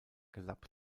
gelappt